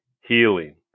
healing